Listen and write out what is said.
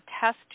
test